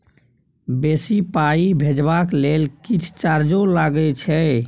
बेसी पाई भेजबाक लेल किछ चार्जो लागे छै?